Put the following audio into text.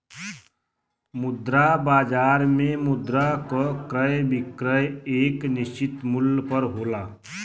मुद्रा बाजार में मुद्रा क क्रय विक्रय एक निश्चित मूल्य पर होला